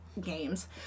games